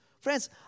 Friends